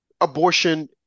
abortion